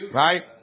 right